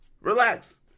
Relax